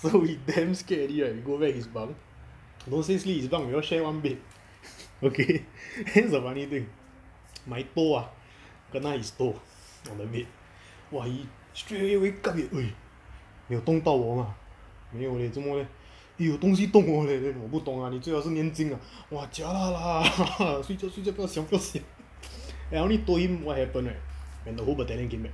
so we damn scared already right we go back his bunk don't say sleep his bunk we all share one bed okay that's the funny thing my toe ah kena his toe on the bed !wah! he straight away wake up !oi! 你有动到我吗没有 leh 做么 leh eh 有东西动我 leh 我不懂啊你最好是念经 !wah! jialat ah 睡觉睡觉不要想 then I only told him what happen right when the whole battalion came back